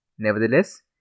Nevertheless